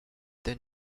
then